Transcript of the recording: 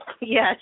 Yes